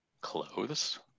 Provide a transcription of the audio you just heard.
clothes